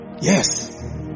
Yes